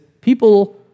people